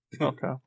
Okay